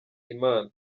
imana